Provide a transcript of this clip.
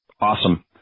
Awesome